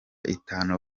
itanu